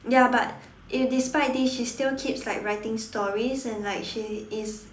ya but you despite this she still keeps writing stories and like she is